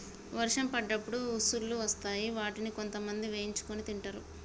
వర్షం పడ్డప్పుడు ఉసుల్లు వస్తాయ్ వాటిని కొంతమంది వేయించుకొని తింటరు